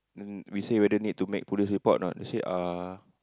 then we say whether need to make police report a not they say ah